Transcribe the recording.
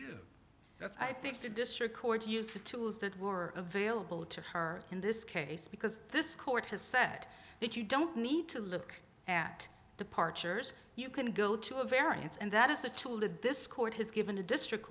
to that's i think the district courts use the tools that were available to her in this case because this court has set it you don't need to look at departures you can go to a variance and that is a tool that this court has given the district